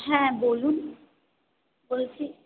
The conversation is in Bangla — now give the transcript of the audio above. হ্যাঁ বলুন বলছি